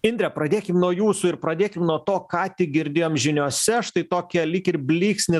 indre pradėkim nuo jūsų ir pradėkim nuo to ką tik girdėjom žiniose štai tokią lyg ir blyksnį